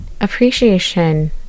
appreciation